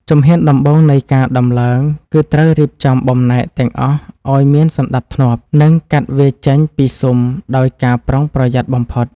ជំហានដំបូងនៃការដំឡើងគឺត្រូវរៀបចំបំណែកទាំងអស់ឱ្យមានសណ្ដាប់ធ្នាប់ និងកាត់វាចេញពីស៊ុមដោយការប្រុងប្រយ័ត្នបំផុត។